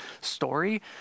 story